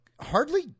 hardly